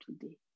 today